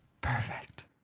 Perfect